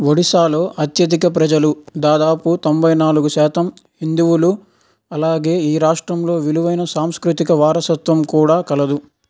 ఒడిశాలో అత్యధిక ప్రజలు దాదాపు తొంభై నాలుగు శాతం హిందువులు అలాగే ఈ రాష్ట్రంలో విలువైన సాంస్కృతిక వారసత్వం కూడా కలదు